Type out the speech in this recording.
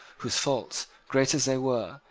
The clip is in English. whose faults, great as they were,